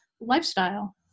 lifestyle